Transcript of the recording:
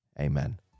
Amen